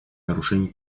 нарушений